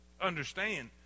understand